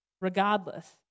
regardless